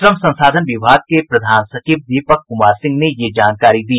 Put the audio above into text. श्रम संसाधन विभाग के प्रधान सचिव दीपक कुमार सिंह ने ये जानकारी दी